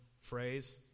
phrase